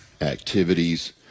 activities